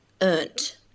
earned